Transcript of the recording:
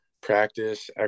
practice